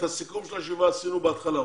את הסיכום של הישיבה עשינו בהתחלה.